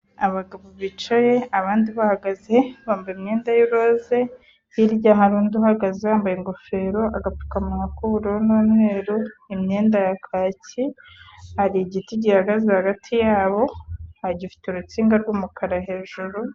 Abagabo bicaye abandi bahagaze bambaye imyenda y'iroza. Hirya hari undi uhagaze wambaye ingofero, agapfukamunwa k'ubururu n'umweru, imyenda ya kaki, hari igiti gihagaze hagati yabo gifite urutsinga rw'umukara hejuru.